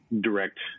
direct